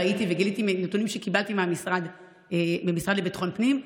ראיתי וגיליתי מנתונים שקיבלתי מהמשרד לביטחון הפנים,